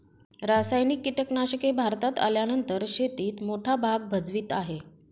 रासायनिक कीटनाशके भारतात आल्यानंतर शेतीत मोठा भाग भजवीत आहे